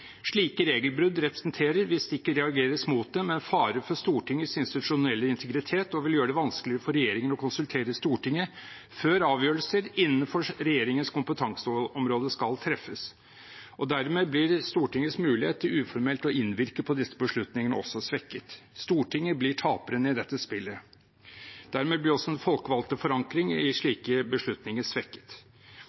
fare for Stortingets institusjonelle integritet og vil gjøre det vanskeligere for regjeringen å konsultere Stortinget før avgjørelser innenfor regjeringens kompetanseområde skal treffes. Dermed blir Stortingets mulighet til uformelt å innvirke på disse beslutningene også svekket. Stortinget blir taperen i dette spillet. Dermed blir også den folkevalgte forankring i slike beslutninger svekket.